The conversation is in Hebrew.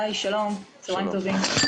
צהריים טובים.